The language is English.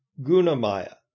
Gunamaya